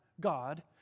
God